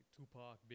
Tupac